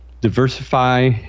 Diversify